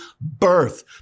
birth